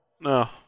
No